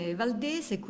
valdese